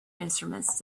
instruments